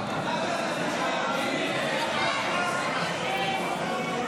והגבלת ההוצאה התקציבית (תיקון מס' 24),